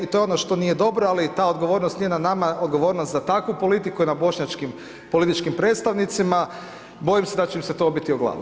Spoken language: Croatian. I to je ono što nije dobro, ali ta odgovornost njena nama, odgovornost za takvu politiku je na bošnjačkim političkim predstavnicima, bojim se da će im se to obiti o glavu.